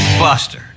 Buster